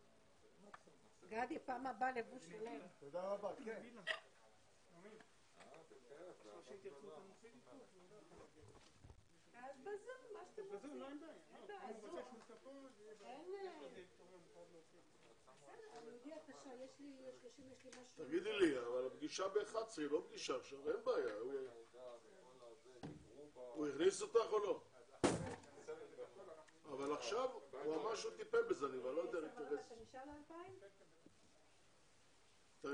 09:45.